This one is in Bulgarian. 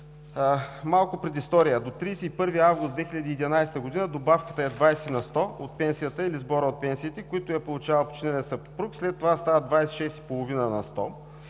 Малко предистория. До 31 август 2011 г. добавката е 20 на сто от пенсията или сбора от пенсиите, които е получавал починалият съпруг, след това става 26,5 на сто.